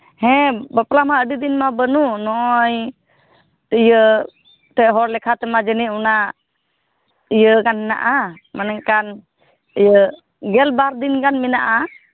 ᱦᱮᱸ ᱵᱟᱯᱞᱟ ᱢᱟ ᱟᱹᱰᱤ ᱫᱤᱱ ᱢᱟ ᱵᱟᱹᱱᱩᱜ ᱱᱚᱜᱼᱚᱭ ᱤᱭᱟᱹ ᱯᱮᱦᱚᱲ ᱞᱮᱠᱷᱟ ᱛᱮᱢᱟ ᱡᱟᱹᱱᱤᱡ ᱚᱱᱟ ᱤᱭᱟᱹ ᱜᱟᱱ ᱢᱮᱱᱟᱜᱼᱟ ᱢᱟᱱᱮ ᱚᱱᱠᱟ ᱤᱭᱟᱹ ᱜᱮᱞᱵᱟᱨ ᱫᱤᱱ ᱜᱟᱱ ᱢᱮᱱᱟᱜᱼᱟ